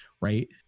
right